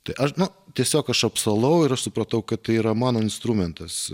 tai aš nu tiesiog aš apsalau ir aš supratau kad tai yra mano instrumentas